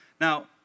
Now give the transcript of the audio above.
Now